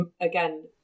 Again